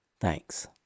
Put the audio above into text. Thanks